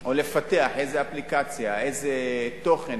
או לפתח אפליקציה או תוכן